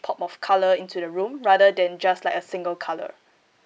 pop of colour into the room rather than just like a single colour